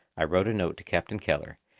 i wrote a note to captain keller,